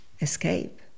escape